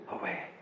away